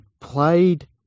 played